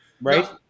Right